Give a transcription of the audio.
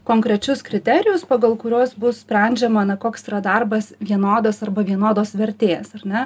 konkrečius kriterijus pagal kuriuos bus sprendžiama koks yra darbas vienodas arba vienodos vertės ar ne